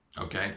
okay